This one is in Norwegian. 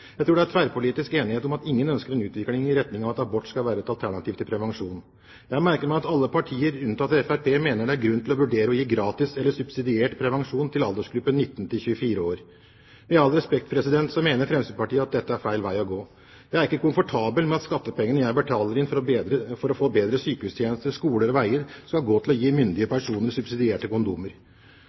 Jeg tror det er tverrpolitisk enighet om at ingen ønsker en utvikling i retning av at abort skal være et alternativ til prevensjon. Jeg har merket meg at alle partier unntatt Fremskrittspartiet mener det er grunn til å vurdere å gi gratis eller subsidiert prevensjon til aldersgruppen 19–24 år. Med all respekt mener Fremskrittspartiet at dette er feil vei å gå. Jeg er ikke komfortabel med at skattepengene jeg betaler inn for å få bedre sykehustjenester, skoler og veier, skal gå til å gi myndige personer subsidierte kondomer.